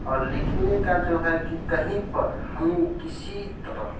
और लिखने का जो है कि कहीं पर हमें किसी तरह